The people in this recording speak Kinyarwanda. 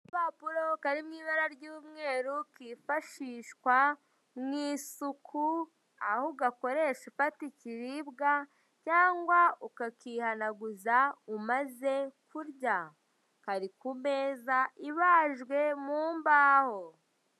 Agapapuro kari mu ibara ry'umweru. Kifashishwa mu isuku, aho ugakoresha ufata ikiribwa cyangwa ukukihanaguza umaze kurya. Kari ku meza ibajwe mu mbaho.